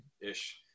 ish